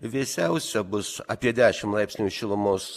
vėsiausia bus apie dešim laipsnių šilumos